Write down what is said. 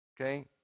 Okay